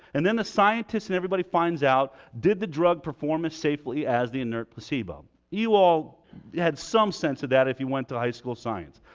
and then the scientist and everybody finds out did the drug perform as safely as the inert placebo? you all had some sense of that if you went to high school science.